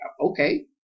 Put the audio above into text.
okay